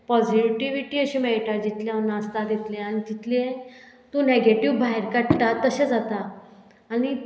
positivity अशी मेळटा जितले हांव नासता तितले आनी तितले तूं नेगेटीव भायर काडटा तशें जाता आनी